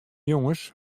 jonges